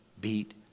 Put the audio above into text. beat